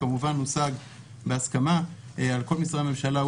שהושג בהסמכת כל משרדי הממשלה,